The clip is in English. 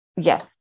yes